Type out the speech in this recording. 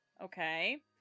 Okay